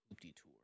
detour